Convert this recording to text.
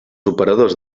operadors